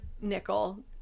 nickel